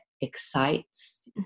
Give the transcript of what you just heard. excites